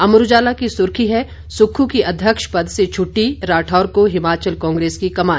अमर उजाला की सुर्खी है सुक्खू की अध्यक्ष पद से छुटटी राठौर को हिमाचल कांग्रेस की कमान